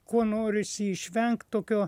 ko norisi išvengti tokio